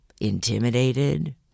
intimidated